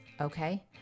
Okay